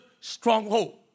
stronghold